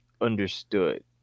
understood